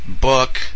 book